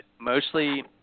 mostly